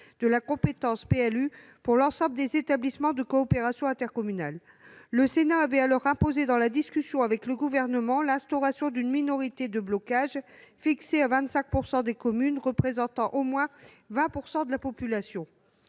de la compétence PLU pour l'ensemble des établissements de coopération intercommunale. Le Sénat avait alors imposé, dans la discussion avec le Gouvernement, l'instauration d'une minorité de blocage, fixée à 25 % des communes, représentant au moins 20 % de la population.